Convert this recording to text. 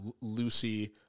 Lucy